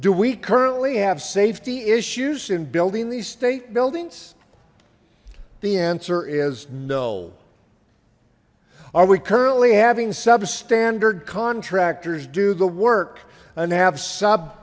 do we currently have safety issues in building these state buildings the answer is no are we currently having substandard contractors do the work and have sub